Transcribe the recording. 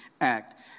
Act